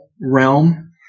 realm